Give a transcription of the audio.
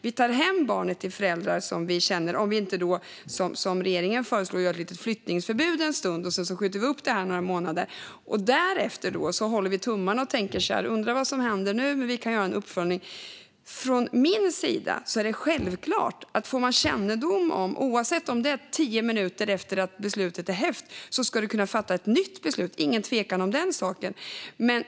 Vi tar hem barnet till föräldrarna, om vi inte som regeringen föreslår inrättar ett flyttförbud en stund och skjuter upp flytten några månader. Därefter håller vi tummarna och undrar vad som händer nu, men det kan göras en uppföljning. Från min sida är det självklart att om man får kännedom om något, oavsett om det är tio minuter efter det att beslutet har upphävts, ska man kunna fatta ett nytt beslut. Det råder inget tvivel om den saken.